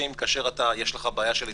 כאשר יש לך בעיה של התפרצות,